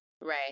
Right